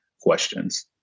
questions